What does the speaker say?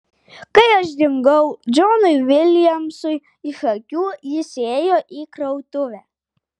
kai aš dingau džonui viljamsui iš akių jis įėjo į krautuvę